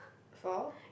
for